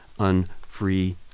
unfree